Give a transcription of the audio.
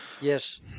Yes